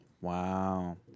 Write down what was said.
Wow